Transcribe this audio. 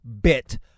bit